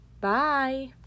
Bye